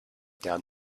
down